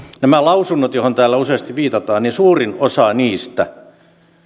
niistä lausunnoista joihin täällä useasti viitataan suurin osa